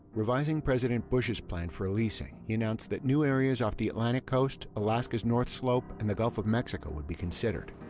revising president bush's plan for leasing, he announced that new areas off the atlantic coast, alaska's north slope, and the gulf of mexico would be considered.